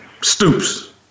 Stoops